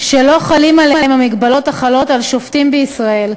שלא חלות עליהם המגבלות החלות על שופטים בישראל,